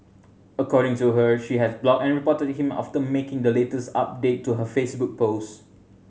according to her she has blocked and reported him after making the latest update to her Facebook post